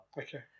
Okay